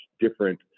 different